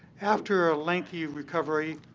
after a lengthy recovery,